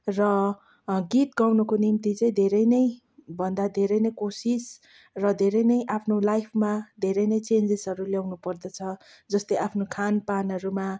र गीत गाउनुको निम्ति चाहिँ धेरै नै भन्दा धेरै नै कोसिस र धेरै नै आफ्नो लाइफमा धेरै नै चेन्जेसहरू ल्याउनु पर्दछ जस्तै आफ्नो खानपानहरूमा